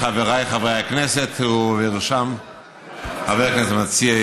חבריי חברי הכנסת ובראשם חבר הכנסת המציע,